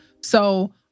So-